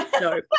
no